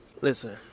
Listen